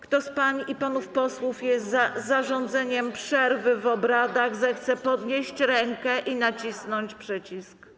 Kto z pań i panów posłów jest za zarządzeniem przerwy w obradach, zechce podnieść rękę i nacisnąć przycisk.